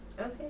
Okay